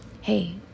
hey